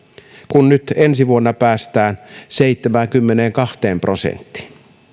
kun nyt ensi vuonna päästään seitsemäänkymmeneenkahteen prosenttiin